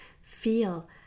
feel